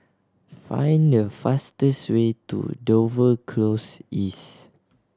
find the fastest way to Dover Close East